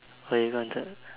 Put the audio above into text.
oh you counted